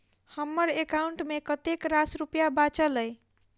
हम्मर एकाउंट मे कतेक रास रुपया बाचल अई?